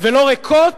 ולא ריקות